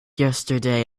yesterday